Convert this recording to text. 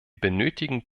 benötigen